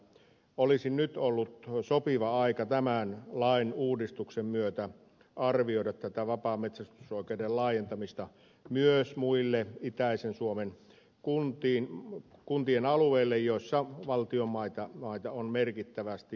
olisi nyt ollut sopiva aika tämän lain uudistuksen myötä arvioida tätä vapaametsästysoikeuden laajentamista myös muille itäisen suomen kuntien alueille joilla valtion maita on merkittävästi